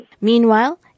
Meanwhile